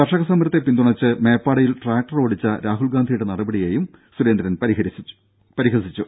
കർഷക സമരത്തെ പിന്തുണച്ച് മേപ്പാടിയിൽ ട്രാക്ടർ ഓടിച്ച രാഹുൽഗാന്ധിയുടെ നടപടിയെയും അദ്ദേഹം പരിഹസിച്ചു